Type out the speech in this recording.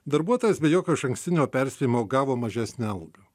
darbuotojas be jokio išankstinio perspėjimo gavo mažesnę algą